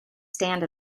stand